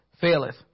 faileth